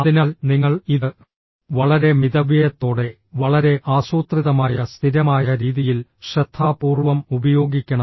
അതിനാൽ നിങ്ങൾ ഇത് വളരെ മിതവ്യയത്തോടെ വളരെ ആസൂത്രിതമായ സ്ഥിരമായ രീതിയിൽ ശ്രദ്ധാപൂർവ്വം ഉപയോഗിക്കണം